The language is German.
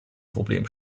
problem